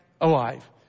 alive